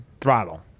throttle